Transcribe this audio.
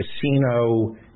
casino